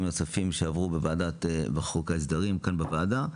נוספים שעברו בחוק ההסדרים כאן בוועדה,